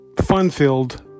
fun-filled